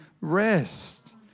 rest